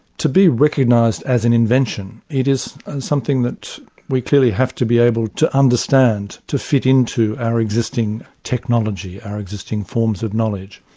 to be recognised as an invention, it is and something that we clearly have to be able to understand to fit into our existing technology, our existing forms of knowledge.